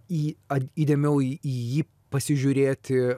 į ar įdėmiau į jį pasižiūrėti